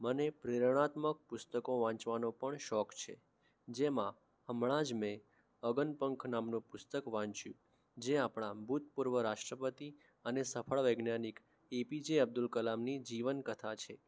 મને પ્રેરણાત્મક પુસ્તકો વાંચવાનો પણ શોખ છે જેમાં હમણાં જ મેં અગનપંખ નામનું પુસ્તક વાંચ્યું જે આપણા ભૂતપૂર્વ રાષ્ટ્રપતિ અને સફળ વૈજ્ઞાનિક એપીજે અબ્દુલ કલામની જીવનકથા છે